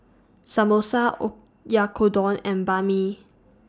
Samosa Oyakodon and Banh MI